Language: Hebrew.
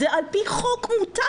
זה על פי חוק מותר.